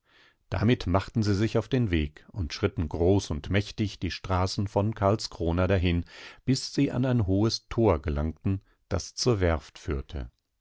damit machten sie sich auf den weg und schritten groß und mächtig die straßen von karlskrona dahin bis sie an ein hohes tor gelangten das zur werft führte